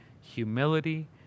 humility